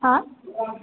हां